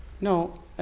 no